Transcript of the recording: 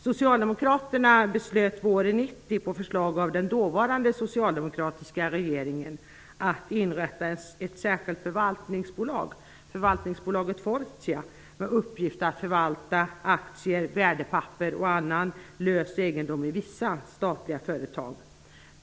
Riksdagen beslutade våren 1990, på förslag av den dåvarande socialdemokratiska regeringen, att inrätta ett särskilt förvaltningsbolag - förvaltningsbolaget Fortia - med uppgift att förvalta aktier, värdepapper och annan lös egendom i vissa statliga företag.